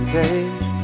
days